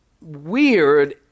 weird